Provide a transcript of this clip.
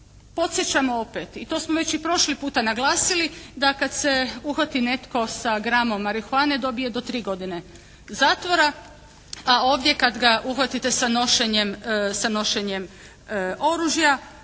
podsjećam opet i to smo već i prošli puta naglasili da kad se uhvati netko sa gramom marihuane dobije do tri godine zatvora a ovdje kad ga uhvatite sa nošenjem oružja